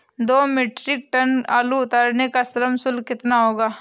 दो metric tonne आलू उतारने का श्रम शुल्क कितना होगा?